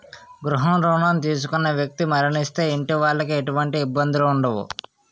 గృహ రుణం తీసుకున్న వ్యక్తి మరణిస్తే ఇంటి వాళ్లకి ఎటువంటి ఇబ్బందులు ఉండవు